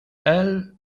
elles